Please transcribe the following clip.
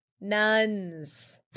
Nuns